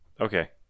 Okay